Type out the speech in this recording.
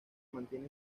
mantiene